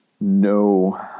no